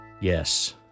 Yes